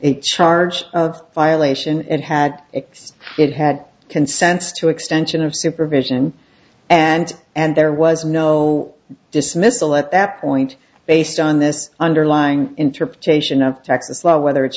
a charge of violation and had it it had consents to extension of supervision and and there was no dismissal at that point based on this underlying interpretation of texas law whether it's